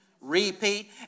repeat